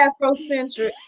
afrocentric